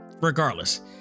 regardless